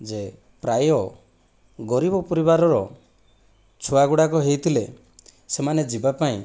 ଯେ ପ୍ରାୟ ଗରିବ ପରିବାରର ଛୁଆଗୁଡ଼ାକ ହୋଇଥିଲେ ସେମାନେ ଯିବାପାଇଁ